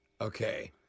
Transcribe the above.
okay